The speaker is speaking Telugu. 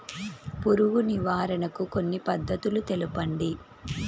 పురుగు నివారణకు కొన్ని పద్ధతులు తెలుపండి?